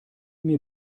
mir